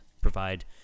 provide